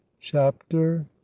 chapter